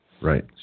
Right